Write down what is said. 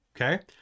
Okay